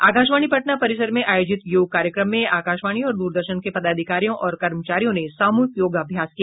आकाशवाणी पटना परिसर में आयोजित योग कार्यक्रम में आकाशवाणी और दूरदर्शन के पदाधिकारियों और कर्मचारियों ने सामूहिक योगाभ्यास किया